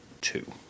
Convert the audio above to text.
Two